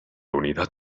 unidad